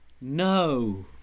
No